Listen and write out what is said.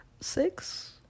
six